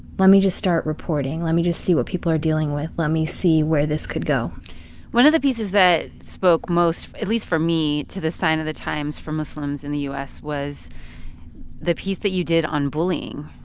let me just start reporting, let me just see what people are dealing with, let me see where this could go one of the pieces that spoke most, at least for me, to this sign of the times for muslims in the u s. was the piece that you did on bullying.